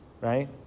right